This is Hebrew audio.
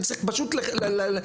צריך פשוט לנפק,